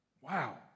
Wow